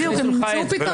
בדיוק, הם ימצאו פתרון.